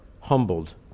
humbled